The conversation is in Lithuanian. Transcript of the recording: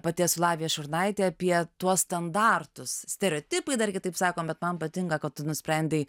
pati esu lavija šurnaitė apie tuos standartus stereotipai dar kitaip sakom bet man patinka kad tu nusprendei